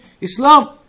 Islam